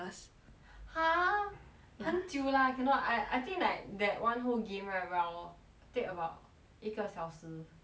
!huh! 很久 lah cannot I I think like that one whole game right we~ I will take about 一个小时 more than that right